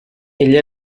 ell